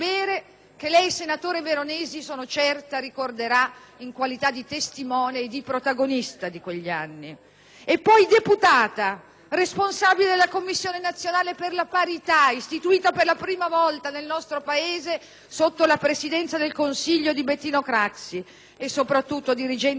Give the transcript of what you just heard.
che lei, senatore Veronesi, sono certa ricorderà in qualità di testimone e di protagonista di quegli anni; e poi deputata, responsabile della Commissione nazionale per la parità, istituita per la prima volta nel nostro Paese sotto la Presidenza del Consiglio di Bettino Craxi e, soprattutto, dirigente nazionale